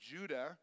Judah